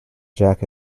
jack